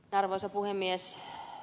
arvoisa puhemies